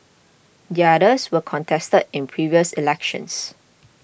the others were contested in previous elections